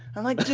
i'm like, dude,